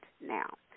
now